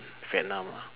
Vietnam lah